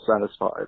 satisfied